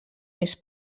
més